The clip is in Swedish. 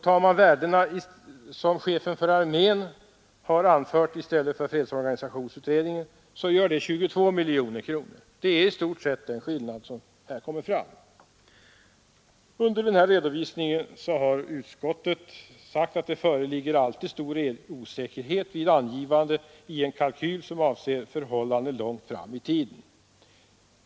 Tar man i stället för fredsorganisationsutredningens värden de värden som chefen för armén har anfört, blir skillnaden 22 miljoner kronor. Detta är i stort sett de skillnader som här kommer fram. Beträffande denna redovisning har utskottet sagt följande: ”Det föreligger alltid stor osäkerhet vid angivande av värden i en kalkyl som avser förhållanden långt fram i tiden.